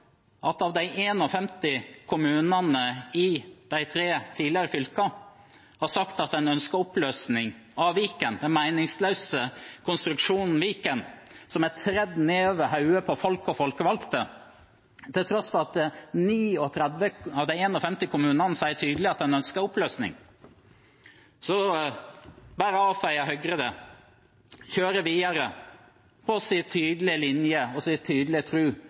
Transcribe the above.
at 39 av de 51 kommunene i de tre tidligere fylkene tydelig har sagt at de ønsker en oppløsning av Viken – den meningsløse konstruksjonen Viken, som er tredd nedover hodet på folk og folkevalgte – bare avfeier Høyre det og kjører videre med sin tydelige linje og sin tydelige tro på at det er overstyring, stordrift, sentralisering og tvang som er framtiden for Norge. Jeg må si